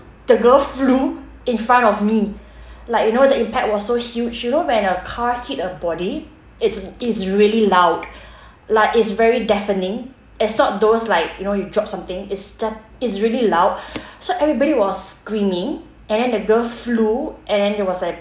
the girl flew in front of me like you know the impact was so huge you know when a car hit a body it's it's really loud like it's very deafening it's not those like you know you drop something it's it's really loud so everybody was screaming and then the girl flew and then there was like